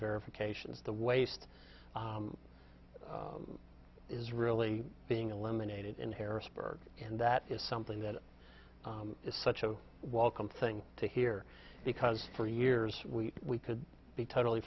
verifications the waste is really being eliminated in harrisburg and that is something that is such a welcome thing to hear because for years we could be totally